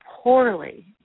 poorly